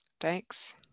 Thanks